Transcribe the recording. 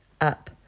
up